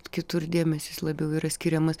kitur dėmesys labiau yra skiriamas